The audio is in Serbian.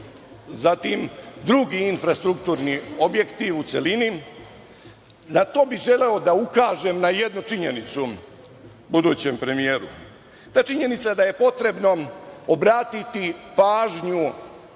zatim, drugi infrastrukturni objekti u celini, zato bih želeo da ukažem na jednu činjenicu budućem premijeru. Ta činjenica je da je potrebno obratiti pažnju